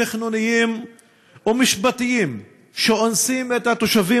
תכנוניים ומשפטיים שאונסים את התושבים